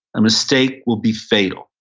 a mistake will be fatal.